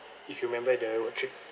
if you remember the trip